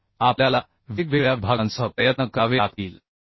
तर आपल्याला वेगवेगळ्या विभागांसह प्रयत्न करावे लागतील